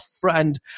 friend